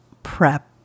prep